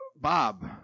Bob